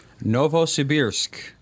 Novosibirsk